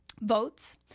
Votes